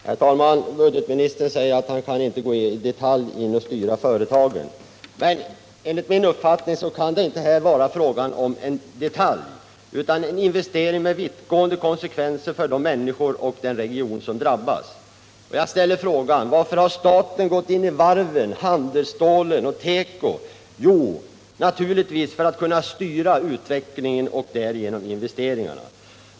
Herr talman! Budgetministern säger att han inte kan gå in och styra företaget i detalj. Men enligt min uppfattning är det här inte fråga om en detalj. Det gäller en investering med vittgående konsekvenser för de människor och den region som drabbas. Jag ställer frågan: Varför har staten gått in i varven, handelsstålsbolagen och tekoindustrin? Naturligtvis för att kunna styra investeringarna och därigenom utvecklingen.